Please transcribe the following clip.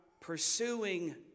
pursuing